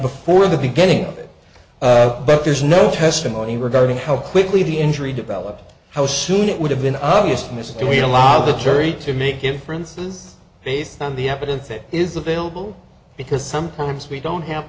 before the beginning of it but there's no testimony regarding how quickly the injury developed how soon it would have been obvious mistake we allow the jury to make inferences based on the evidence that is available because sometimes we don't have